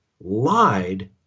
lied